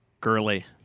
girly